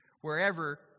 wherever